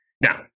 Now